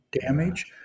damage